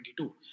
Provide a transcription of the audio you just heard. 2022